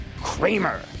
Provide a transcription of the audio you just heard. Kramer